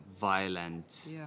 violent